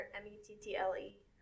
M-E-T-T-L-E